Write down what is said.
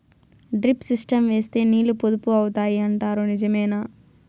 Drip system వేస్తే నీళ్లు పొదుపు అవుతాయి అంటారు నిజమేనా?